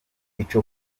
ico